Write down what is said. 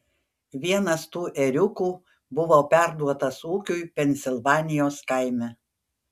vienas tų ėriukų buvo perduotas ūkiui pensilvanijos kaime